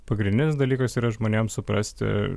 pagrindinis dalykas yra žmonėms suprasti